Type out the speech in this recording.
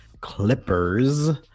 Clippers